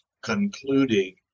concluding